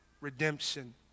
redemption